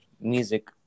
music